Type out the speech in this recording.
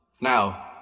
Now